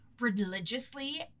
religiously